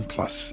Plus